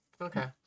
okay